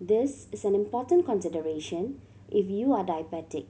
this is an important consideration if you are diabetic